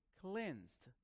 cleansed